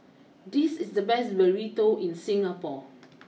this is the best Burrito in Singapore